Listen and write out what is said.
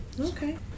Okay